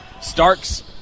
Starks